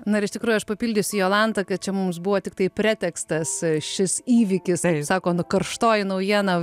na ir iš tikrųjų aš papildysiu jolanta kad čia mums buvo tiktai pretekstas šis įvykis sako nu karštoji naujiena